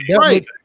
Right